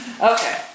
Okay